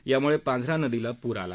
त्यामुळे पांझरा नदीला पूर आला